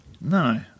No